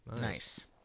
Nice